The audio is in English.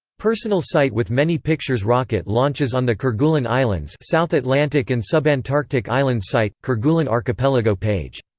personal site with many pictures rocket launches on the kerguelen islands south atlantic and subantarctic islands site, kerguelen archipelago page.